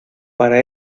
para